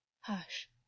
Hush